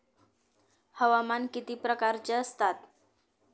हवामान किती प्रकारचे असतात?